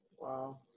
Wow